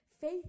Faith